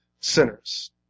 sinners